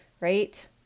right